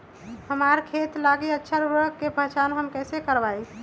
हमार खेत लागी अच्छा उर्वरक के पहचान हम कैसे करवाई?